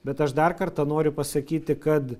bet aš dar kartą noriu pasakyti kad